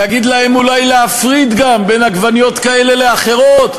נגיד להם אולי להפריד גם בין עגבניות כאלה לאחרות,